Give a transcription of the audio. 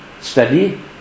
study